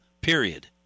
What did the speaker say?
period